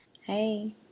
Hey